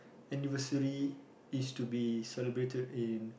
anniversary is to be celebrated in